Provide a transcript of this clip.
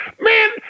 man